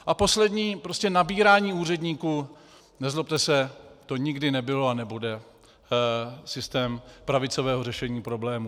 A poslední, prostě nabírání úředníků, nezlobte se, to nikdy nebylo a nebude, systém pravicového řešení problémů.